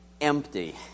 empty